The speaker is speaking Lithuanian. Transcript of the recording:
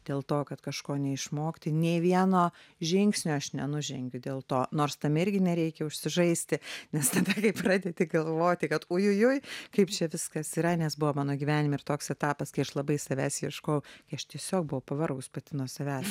dėl to kad kažko neišmokti nei vieno žingsnio aš nenužengiu dėl to nors tame irgi nereikia užsižaisti nes tada kai pradedi galvoti kad oi oi oi kaip čia viskas yra nes buvo mano gyvenime ir toks etapas kai aš labai savęs ieškojau kai aš tiesiog buvo pavargus pati nuo savęs